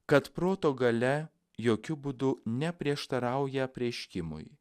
kad proto galia jokiu būdu neprieštarauja apreiškimui